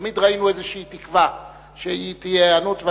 שתמיד ראינו איזו תקווה שתהיה היענות,